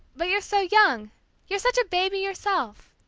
but you're so young you're such a baby yourself!